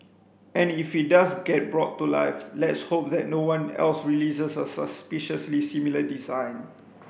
and if it does get brought to life let's hope that no one else releases a suspiciously similar design